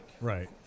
right